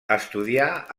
estudià